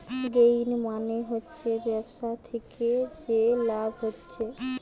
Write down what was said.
gain মানে হচ্ছে ব্যবসা থিকে যে লাভ হচ্ছে